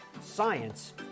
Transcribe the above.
science